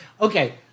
Okay